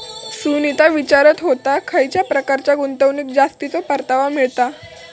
सुनीता विचारीत होता, खयच्या प्रकारच्या गुंतवणुकीत जास्तीचो परतावा मिळता?